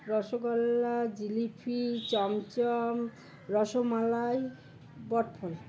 রসগোল্লা জিলিপি চমচম রসমালাই বটফল